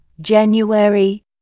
January